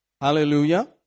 Hallelujah